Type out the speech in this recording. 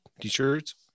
t-shirts